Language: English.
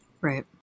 Right